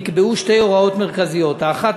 נקבעו שתי הוראות מרכזיות: האחת,